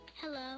Hello